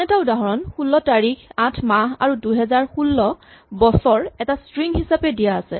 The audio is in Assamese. আন এটা উদাহৰণ ১৬ তাৰিখ ৮ মাহ আৰু ২০১৬ বছৰ এটা স্ট্ৰিং হিচাপে দিয়া আছে